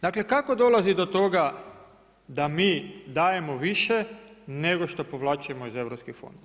Dakle, kako dolazi do toga da mi dajemo više nego što povlačimo iz Europskih fondova?